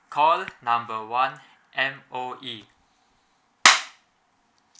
call number one M_O_E